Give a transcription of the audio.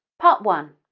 part one